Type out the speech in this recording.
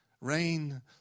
rain